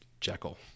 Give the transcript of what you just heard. jekyll